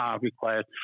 required